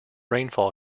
rainfall